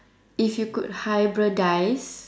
if you could hybridise